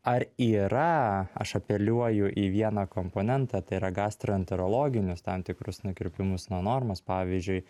ar yra aš apeliuoju į vieną komponentą tai yra gastroenterologinius tam tikrus nukrypimus nuo normos pavyzdžiui